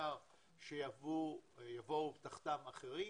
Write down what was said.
אפשר שיבואו תחתם אחרים,